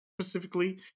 specifically